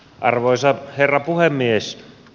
arvoisa herra puhemies